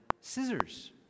scissors